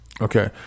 Okay